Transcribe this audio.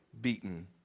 beaten